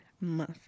Month